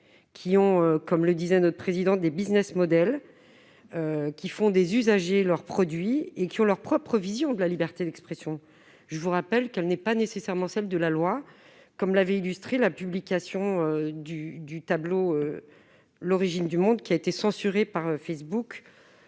qui ont, comme le disait le président Malhuret, des, qui font des usagers leurs produits et qui ont leur propre vision de la liberté d'expression. Je vous rappelle que celle-ci n'est pas nécessairement la même que celle de la loi, comme l'a illustré la publication du tableau, qui a été censurée par Facebook,